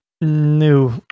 No